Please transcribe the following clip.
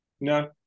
No